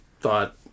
thought